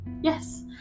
Yes